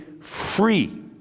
free